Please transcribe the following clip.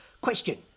Question